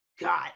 God